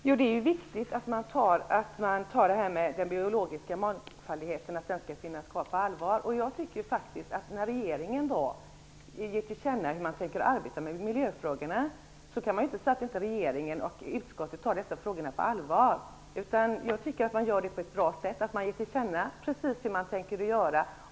Herr talman! Det är viktigt att man tar detta med att den biologiska mångfalden skall finnas kvar på allvar. Jag tycker faktiskt att när regeringen har gett till känna hur man skall arbeta med miljöfrågorna, kan man inte säga att regeringen och utskottet inte tar dessa frågor på allvar. Jag tycker att man arbetar på ett bra sätt. Man ger till känna precis hur man tänker göra.